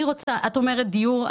את אומרת דיור.